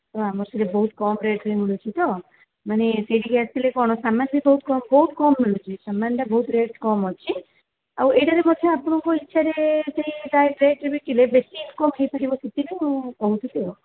ଆଉ ଆମର ସେଠି ବହୁତ କମ୍ ରେଟ୍ରେ ମିଳୁଛି ତ ମାନେ ସେଇଠି କି ଆସିଲେ କ'ଣ ସାମାନ୍ ବି ବହୁତ କମ୍ ବହୁତ କମ୍ରେ ମିଳୁଛି ସାମାନ୍ଟା ବହୁତ ରେଟ୍ କମ୍ ଅଛି ଆଉ ଏଇଟାରେ ମଧ୍ୟ ଆପଣଙ୍କ ଇଚ୍ଛାରେ ସେ ରେଟ୍ରେ ବିକିଲେ ବେଶୀ ଇନ୍କମ୍ ହୋଇପାରିବ ସେଥିପାଇଁ ମୁଁ କହୁଥିଲି ଆଉ